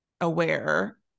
aware